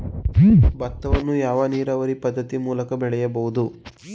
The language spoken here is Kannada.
ಭತ್ತವನ್ನು ಯಾವ ನೀರಾವರಿ ಪದ್ಧತಿ ಮೂಲಕ ಬೆಳೆಯಬಹುದು?